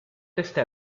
testa